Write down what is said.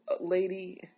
lady